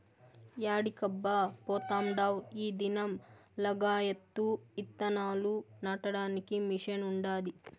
యాడికబ్బా పోతాండావ్ ఈ దినం లగాయత్తు ఇత్తనాలు నాటడానికి మిషన్ ఉండాది